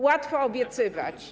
Łatwo obiecywać.